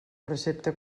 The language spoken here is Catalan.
precepte